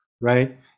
right